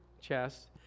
chest